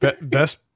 best